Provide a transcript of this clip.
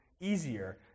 easier